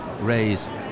raised